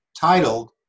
titled